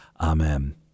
Amen